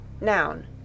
Noun